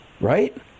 right